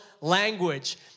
language